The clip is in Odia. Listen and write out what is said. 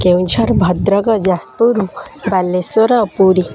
କେନ୍ଦୁଝର ଭଦ୍ରକ ଯାଜପୁର ବାଲେଶ୍ୱର ପୁରୀ